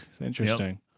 Interesting